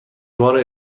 بار